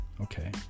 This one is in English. Okay